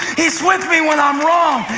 he's with me when i'm wrong.